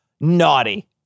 naughty